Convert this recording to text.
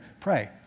Pray